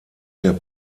der